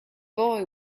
boy